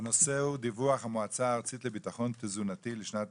הנושא הוא דיווח המועצה הארצית לביטחון תזונתי לשנת